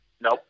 Nope